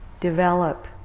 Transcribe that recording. develop